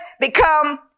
become